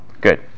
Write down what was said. Good